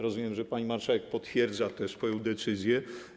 Rozumiem, że pani marszałek potwierdza tę swoją decyzję.